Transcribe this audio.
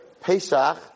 Pesach